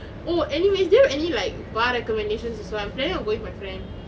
oh anyways do you have any like bar recommendations also I'm planning to go with my friend